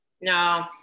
no